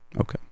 Okay